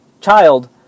child